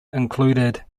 included